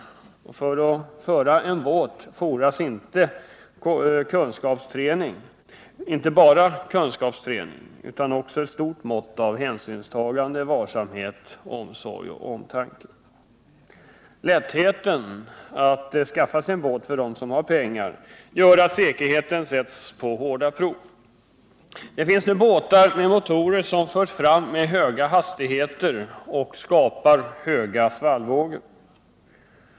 För att föra en båt fordras inte endast kunskapsträning utan också ett stort mått av hänsynstagande, varsamhet, omsorg och omtanke. Lättheten att skaffa båt för dem som har pengar gör att säkerheten sätts på hårda prov. Det finns nu båtar med motorer som förs fram med höga hastigheter och skapar höga svallvågor.